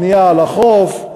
בנייה על החוף,